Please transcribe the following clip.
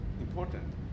important